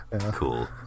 Cool